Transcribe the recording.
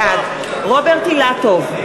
בעד רוברט אילטוב,